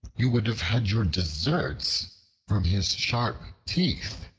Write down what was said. you would have had your deserts from his sharp teeth.